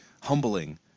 humbling